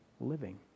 living